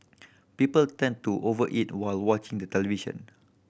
people tend to over eat while watching the television